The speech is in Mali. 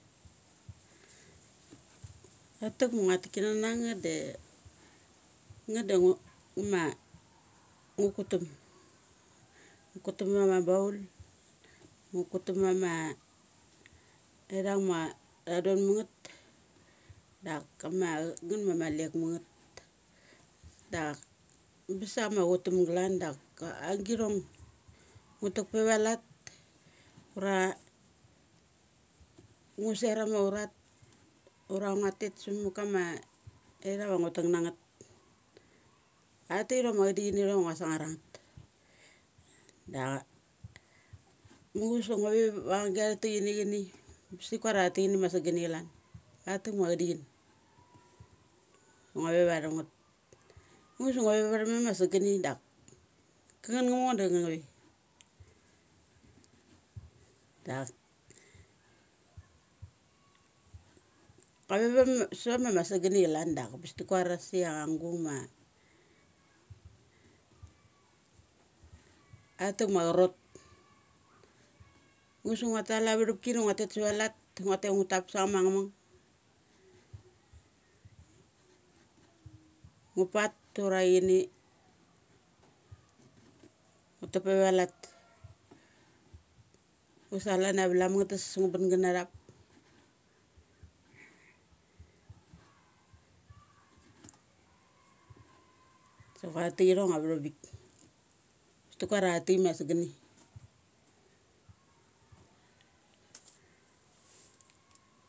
at tek ma ngua lek kanana ngeth de, negth da ngo, ngu ma ngu kutam. Kutam ba ma baul. Ngu kutam ba ma ithung ma tha don mang ngeth dak kama cha kang ngeth ma lek mangeth. Da am bes ia cha ma chutam galan, dak ang ang githok ngu tek pe va lat ura ngu ser ama aurat ura ngna tet sa ma kama ithang va ngu tek na ngeth. Atha tek ithong ma a cha dichin na ngithong ma ngua sang ar ang ngeth. Da muchus ma ngua ve va agi atha teki ni ini. Ambes ti kua ria githa tekin ni ma sang ar ni chalan. At lek ma acha di chin. Ngua ve vathum ngeth da. Muchus da ngua ve vatham ama sagani dak ka ngeth nga mor dak nga ve. Dak kave va ma sava ma suguni chalan da bes ti kuarasia ang gung ma atha tek ma a charot. Ngu su chut ngu tal avathupki da ngua tet sava lat, da ngua tet ngu tap sa cha ma nga mung. Ngu pat ura chini ngu tap pe va lat. Muchus sa chalan ia pa lam nga tes ngu bun ga nathup. So atheteki thong bik ambes ti kuar ate kini ma sagani.